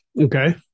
Okay